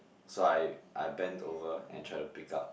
so I I bent over and try to pick up